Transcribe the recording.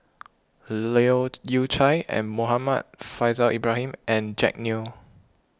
Leu Yew Chye Muhammad Faishal Ibrahim and Jack Neo